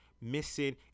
missing